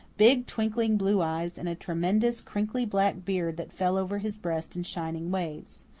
big, twinkling blue eyes, and a tremendous crinkly black beard that fell over his breast in shining waves.